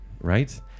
Right